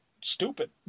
stupid